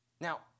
Now